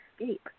escape